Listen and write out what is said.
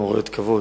מעוררת כבוד,